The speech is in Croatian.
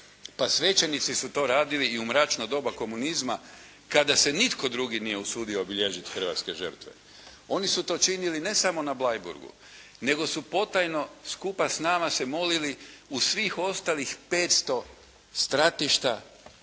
Pa svećenici su to radili i u mračno doba komunizma kada se nitko drugi nije usudio obilježiti hrvatske žrtve. Oni su to činili ne samo na Bleiburgu, nego su potajno skupa s nama se molili u svih ostalih 500 stratišta